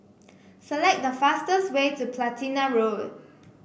select the fastest way to Platina Road